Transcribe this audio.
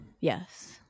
Yes